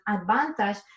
advantage